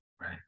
Right